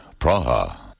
Praha